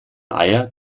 eier